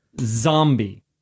Zombie